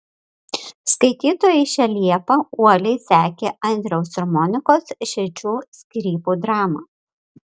skaitytojai šią liepą uoliai sekė andriaus ir monikos šedžių skyrybų dramą